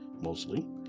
mostly